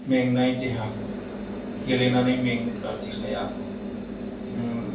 मेंनाय देहा गेलेनानै मेङोब्ला देहाया